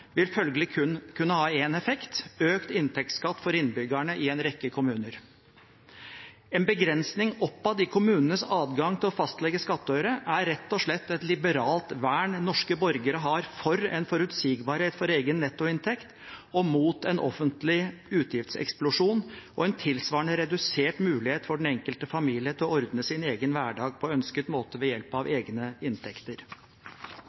vil følgelig kun ha én effekt: økt inntektsskatt for innbyggerne i en rekke kommuner. En begrensning oppad i kommunenes adgang til å fastlegge skattøre er rett og slett et liberalt vern norske borgere har for en forutsigbarhet for egen nettoinntekt og mot en offentlig utgiftseksplosjon, og en tilsvarende redusert mulighet for den enkelte familie til å ordne sin egen hverdag på ønsket måte – og ved hjelp av